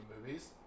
movies